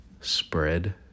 spread